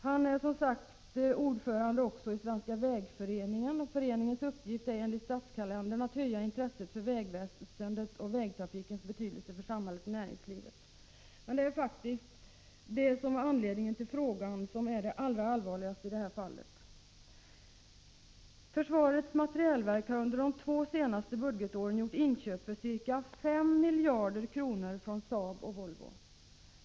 Han är också ordförande i Svenska vägföreningen, och föreningens uppgift är enligt statskalendern att höja intresset för vägväsendet och vägtrafikens betydelse för samhälle och näringsliv. Men det är följande fakta som är anledningen till frågan och det allvarligaste i fallet Ternryd: Försvarets materielverk har under de två senaste budgetåren gjort inköp för ca 5 miljarder kronor från Saab och Volvo.